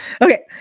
Okay